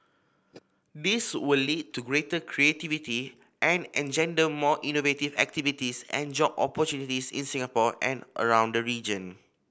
this will lead to greater creativity and engender more innovative activities and job opportunities in Singapore and around the region